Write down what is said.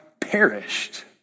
perished